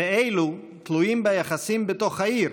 ואלו תלויים ביחסים בתוך העיר,